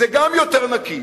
זה גם יותר נקי,